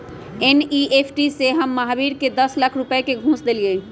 NEFT से हम महावीर के दस लाख रुपए का घुस देलीअई